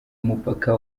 umupaka